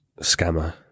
scammer